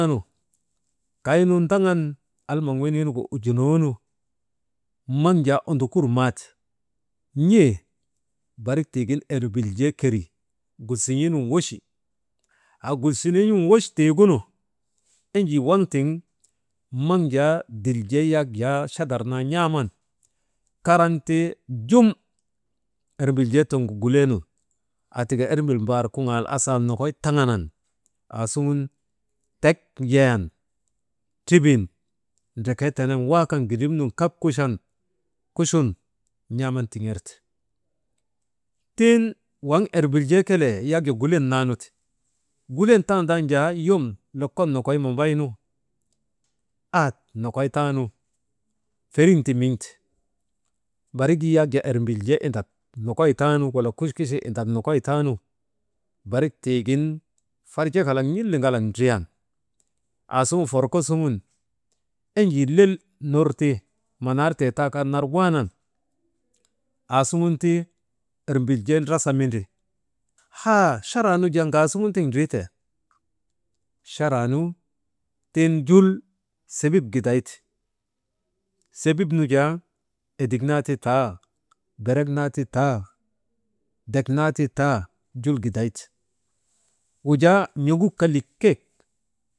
Kaynu ndaŋan enjii weniinugu ujunoonu naŋ jaa ondokur maate n̰ee barik tiigin ermbiljee keri gulsin̰iinun wochi haa gulsin̰iinun woch tiigunu enjii waŋ tiŋ maŋ jaa diljee yak jaa chadar naa n̰aaman karan ti jum ermriljee tiŋgu guleenun aatika ermbil mbaar, kuŋaal, asaal nokoy taŋanan, aasuŋun tek yayan tribin ndrekee tenen waakan girim nun kak kuchun n̰aaman tiŋerte. Tiŋ waŋ ermbiljee kelee yak jaa gulen nan ti. Gulen tandan jaa yom lokol nokoy mabaynu, ahat nokoy taanu feriŋ ti miŋte barik yak jaa ermbiljee indak nokoy taanu wala kuchkuchee indak nokoy taanu, barik tiigin farjekalak n̰iliŋalak n̰iliŋak dariyan aasuŋun forko suŋun enjii lel ner ta manartee taaka nar waanan, aasuŋun ti ermbil jee ndrasa mindri haa charaanu jaa ŋaasuŋun tiŋ ndriteenu, charaanu tiŋ jul sebit gidayte sebit nujaa edik naati taa berek naa ti taa det naa ti taa jul giday te wujaa n̰oŋuk ka likek.